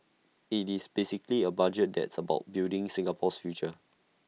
IT is basically A budget that's about building Singapore's future